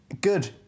Good